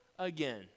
again